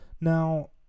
Now